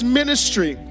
ministry